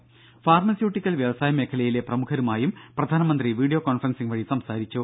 രുഭ ഫാർമസ്യൂട്ടിക്കൽ വ്യവസായ മേഖലയിലെ പ്രമുഖരുമായും പ്രധാനമന്ത്രി വിഡിയോ കോൺഫറൻസിങ്ങ് വഴി സംസാരിച്ചു